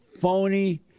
phony